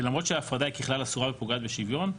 למרות שההפרדה היא כלל אסורה ופוגעת בשוויון,